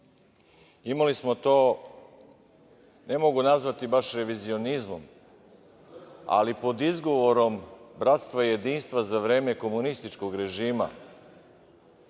smo to, ne mogu nazvati baš revizionizmom, ali pod izgovorom bratstva i jedinstva za vreme komunističkog režima,